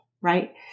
right